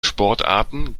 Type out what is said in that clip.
sportarten